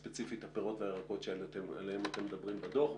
ספציפית הפירות והירקות עליהם אתם מדברים בדוח,